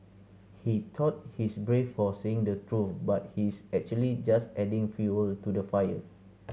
he thought he's brave for saying the truth but he's actually just adding fuel to the fire